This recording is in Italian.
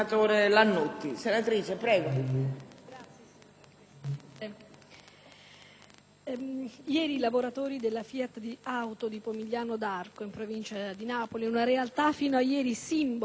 ieri i lavoratori della FIAT Auto di Pomigliano d'Arco, in provincia di Napoli, una realtà fino a poco tempo fa simbolo dell'industrializzazione nel nostro territorio,